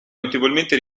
notevolmente